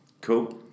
Cool